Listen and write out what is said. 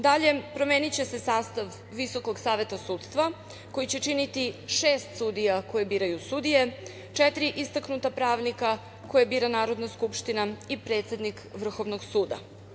Dalje, promeniće se sastav Visokog saveta sudstva koji će činiti šest sudija koje biraju sudije, četiri istaknuta pravnika koje bira Narodna skupština i predsednik Vrhovnog suda.